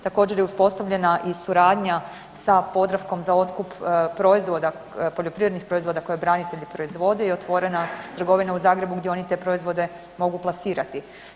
Također je uspostavljena i suradnja sa Podravkom za otkup proizvoda, poljoprivrednih proizvoda koje branitelji proizvode i otvorena trgovina u Zagrebu gdje oni te proizvode mogu plasirati.